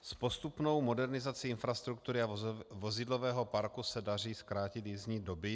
S postupnou modernizací infrastruktury a vozidlového parku se daří zkrátit jízdní doby.